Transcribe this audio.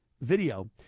video